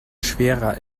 schwerer